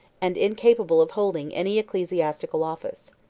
and incapable of holding any ecclesiastical office.